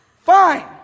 Fine